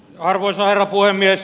arvoisa herra puhemies